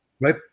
Right